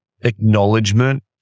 acknowledgement